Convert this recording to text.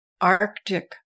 Arctic